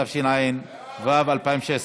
התשע"ו 2016,